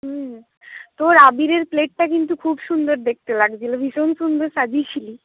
হুম তোর আবিরের প্লেটটা কিন্তু খুব সুন্দর দেখতে লাগছিলো ভীষন সুন্দর সাজিয়েছিলি